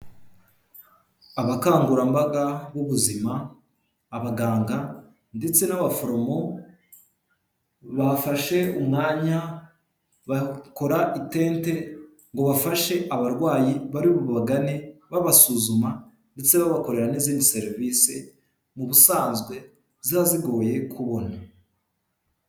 Abakangurambaga b'ubuzima, abaganga ndetse n'abaforomo, bafashe umwanya bakora itente ngo bafashe abarwayi bari bubagane, babasuzuma ndetse babakorera n'izindi serivisi mu busanzwe ziba zigoye kubona.